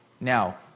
Now